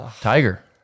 Tiger